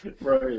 Right